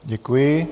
Děkuji.